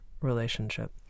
relationship